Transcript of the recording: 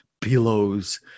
pillows